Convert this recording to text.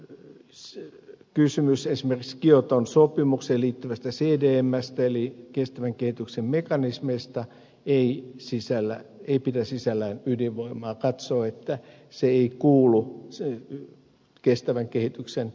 yksi kysymys että esimerkiksi kioton sopimukseen liittyvä cdm eli kestävän kehityksen mekanismi ei pidä sisällään ydinvoimaa se katsoo että se ei kuulu kestävän kehityksen piiriin